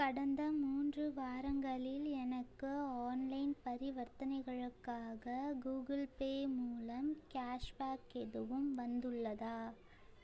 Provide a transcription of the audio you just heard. கடந்த மூன்று வாரங்களில் எனக்கு ஆன்லைன் பரிவர்த்தனைகளுக்காக கூகுள் பே மூலம் கேஷ்பேக் எதுவும் வந்துள்ளதா